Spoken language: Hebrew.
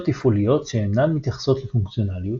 תפעוליות שאינן מתייחסות לפונקציונליות,